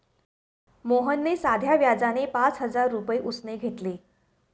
मोहनने साध्या व्याजाने पाच हजार रुपये उसने घेतले